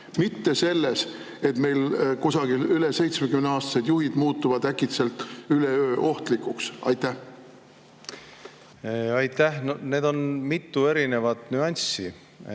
mitte selles, et meil kusagil üle 70‑aastased juhid muutuvad äkitselt üleöö ohtlikuks? Aitäh! Need on mitu erinevat nüanssi,